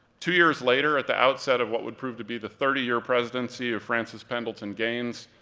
two years later, at the outset of what would prove to be the thirty year presidency of francis pendleton gaines,